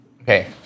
Okay